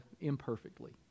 imperfectly